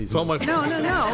these almost no no no